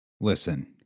Listen